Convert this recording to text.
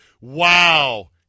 Wow